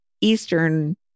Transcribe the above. eastern